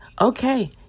Okay